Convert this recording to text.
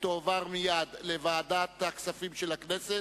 ותועבר מייד לוועדת הכספים של הכנסת.